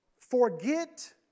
Forget